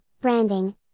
branding